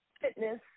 fitness